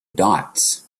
dots